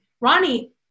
Ronnie